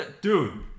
Dude